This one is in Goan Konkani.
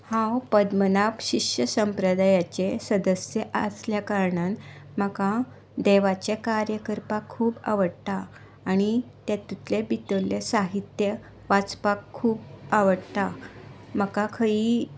हांव पद्मना शिश्य संप्रदायाचें सदस्य आसल्या कारणांत म्हाका देवाचें कार्य करपाक खूब आवडटा आनी तातुंतलें भितरलें साहित्य वाचपाक खूब आवडटा म्हाका खंयीय